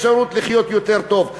כדי לתת להם את האפשרות לחיות יותר טוב.